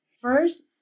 first